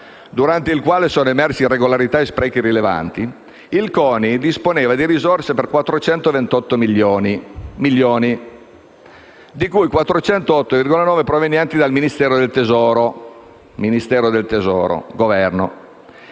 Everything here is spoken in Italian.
durante il quale sono emersi irregolarità e sprechi rilevanti, il CONI disponeva di risorse per 428 milioni di euro (di cui 408,9 provenienti dal Ministero dell'economia e